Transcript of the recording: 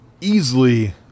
easily